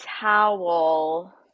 towel